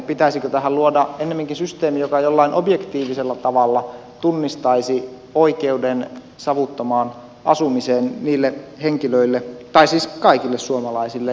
pitäisikö tähän siis luoda ennemminkin systeemi joka jollain objektiivisella tavalla tunnistaisi oikeuden savuttomaan asumiseen niille henkilöille tai siis kaikille suomalaisille